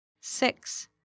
Six